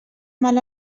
mal